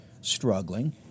struggling